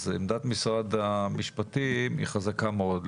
אז עמדת משרד המשפטים היא חזקה מאוד.